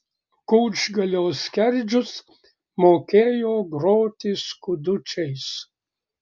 kučgalio skerdžius mokėjo groti skudučiais